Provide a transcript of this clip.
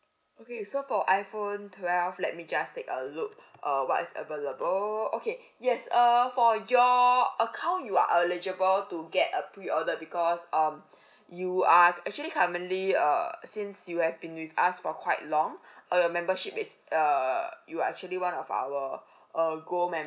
okay so for iphone twelve let me just take a look uh what's available okay yes err for your account you are eligible to get a pre order because um you are actually currently uh since you have been with us for quite long uh the membership is err you are actually one of our err gold member